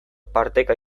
parteka